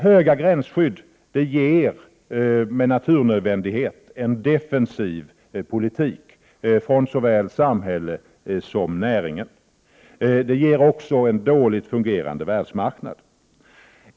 Höga gränsskydd medför med naturnödvändighet en defensiv politik från såväl samhället som näringen. Det medför också en dåligt fungerande världsmarknad.